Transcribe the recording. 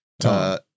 Tom